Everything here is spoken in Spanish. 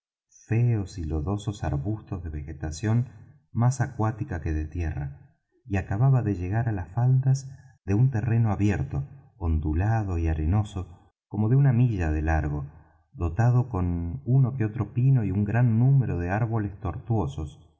feos y lodosos arbustos de vegetación más acuática que de tierra y acababa de llegar á las faldas de un terreno abierto ondulado y arenoso como de una milla de largo dotado con uno que otro pino y un gran número de árboles tortuosos